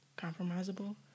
Compromisable